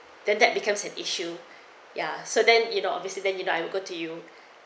then that becomes an issue ya so then you know obviously then you know I'm good to you